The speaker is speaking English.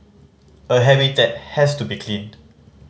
a habitat has to be clean